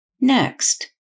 Next